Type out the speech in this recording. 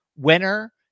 winner